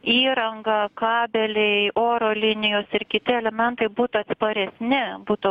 įrangą kabeliai oro linijos ir kiti elementai būtų atspari ne būtų